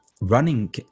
running